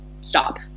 stop